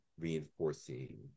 reinforcing